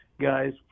guys